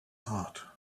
heart